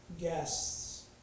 guests